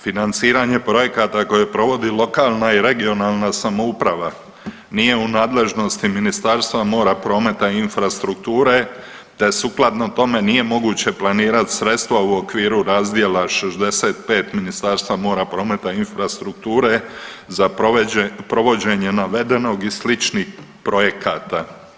Financiranje projekata koje provodi lokalna i regionalna samouprava nije u nadležnosti Ministarstva mora, prometa i infrastrukture te sukladno tome nije moguće planirati sredstva u okviru razdjela 65 Ministarstva mora, prometa i infrastrukture za provođenje navedenog i sličnih projekata.